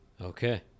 Okay